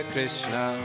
Krishna